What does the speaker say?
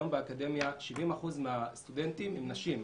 היום באקדמיה, 70% מהסטודנטים הן נשים.